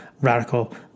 radical